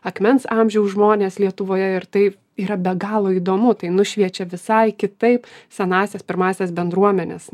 akmens amžiaus žmonės lietuvoje ir tai yra be galo įdomu tai nušviečia visai kitaip senąsias pirmąsias bendruomenes